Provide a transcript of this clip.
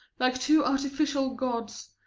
like two artificial gods,